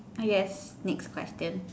I guess next question